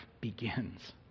begins